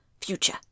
future